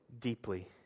deeply